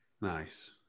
Nice